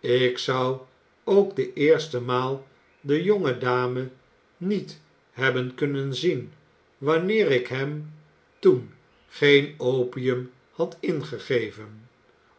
ik zou ook de eerste maal de jonge dame niet hebben kunnen zien wanneer ik hem toen geen opium had ingegeven